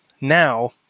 Now